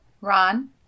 Ron